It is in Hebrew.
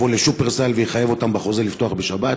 ל"שופרסל" ויחייב אותם בחוזה לפתוח בשבת,